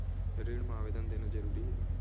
ऋण मा आवेदन देना जरूरी हे?